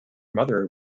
mother